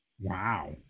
Wow